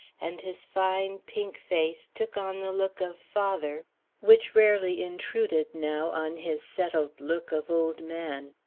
and his fine, pink face took on the look of father which rarely intruded, now, on his settled look of old man.